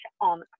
on